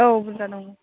औ बुरजा लांबा